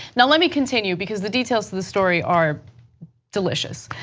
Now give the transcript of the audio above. and let me continue because the details of the story are delicious.